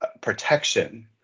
protection